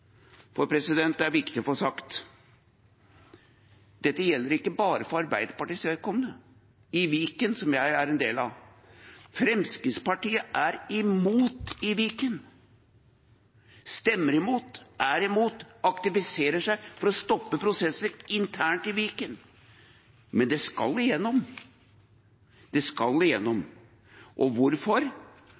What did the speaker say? Det er viktig å få sagt: Dette gjelder ikke bare for Arbeiderpartiets vedkommende i Viken, som jeg er en del av. Fremskrittspartiet er imot i Viken – stemmer imot, er imot og aktiviserer seg for å stoppe prosesser internt i Viken. Men det skal igjennom. Det skal igjennom! Og hvorfor?